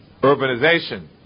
urbanization